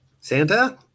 Santa